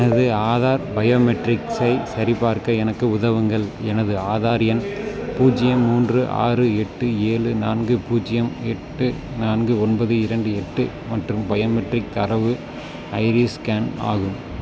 எனது ஆதார் பயோமெட்ரிக்ஸை சரிபார்க்க எனக்கு உதவுங்கள் எனது ஆதார் எண் பூஜ்ஜியம் மூன்று ஆறு எட்டு ஏழு நான்கு பூஜ்ஜியம் எட்டு நான்கு ஒன்பது இரண்டு எட்டு மற்றும் பயோமெட்ரிக் தரவு ஐரிஸ் ஸ்கேன் ஆகும்